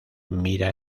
mira